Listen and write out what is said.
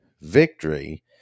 victory